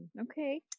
okay